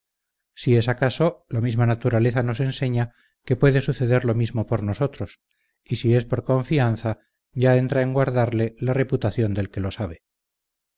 si es acaso la misma naturaleza nos enseña que puede suceder lo mismo por nosotros y si es por confianza ya entra en guardarle la reputación del que lo sabe